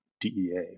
DEA